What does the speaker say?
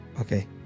Okay